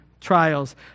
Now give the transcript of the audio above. trials